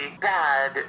bad